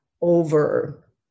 over